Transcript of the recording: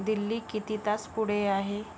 दिल्ली किती तास पुढे आहे